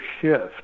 shift